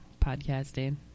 podcasting